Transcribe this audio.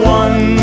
one